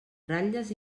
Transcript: ratlles